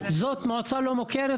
ההריסות גדלו,